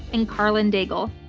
and karlyn daigle.